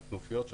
הכנופיות שולטות.